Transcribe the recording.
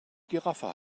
giraffe